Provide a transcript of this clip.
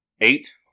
eight